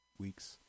weeks